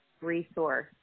resource